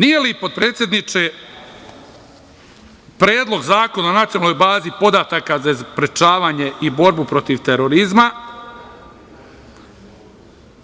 Nije li potpredsedniče Predlog zakona o nacionalnoj bazi podataka za sprečavanje i borbu protiv terorizma